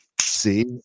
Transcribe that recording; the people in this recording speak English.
See